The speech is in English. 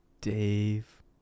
Dave